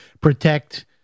protect